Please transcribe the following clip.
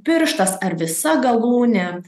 pirštas ar visa galūnė